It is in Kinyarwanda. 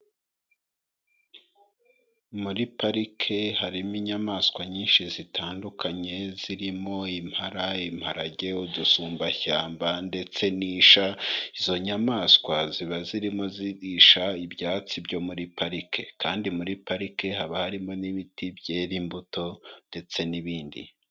Muri parike harimo inyamaswa nyinshi zitandukanye zirimo: impara , imparage, udusumbashyamba ndetse n'isha. Izo nyamaswa ziba zirimo zirisha ibyatsi byo muri parike, kandi muri parike haba harimo n'ibiti byera imbuto ndetse n'ibindi.